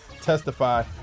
testify